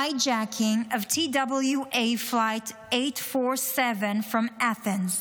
hijacking of TWA Flight 847 from Athens,